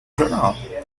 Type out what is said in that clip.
jornal